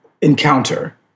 encounter